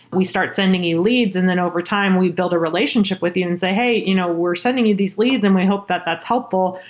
we start sending you leads, and then over-time we build a relationship with you and say, hey, you know we're sending you these leads and we hope that that's helpful.